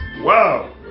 Wow